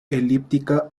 elíptica